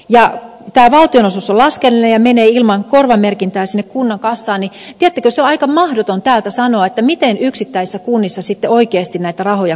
ja kun tämä valtionosuus on laskennallinen ja menee ilman korvamerkintää sinne kunnan kassaan niin tiedättekö se on aika mahdoton täältä sanoa että miten yksittäisissä kunnissa sitten oikeasti näitä rahoja kohdennetaan sinne